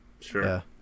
Sure